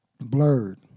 blurred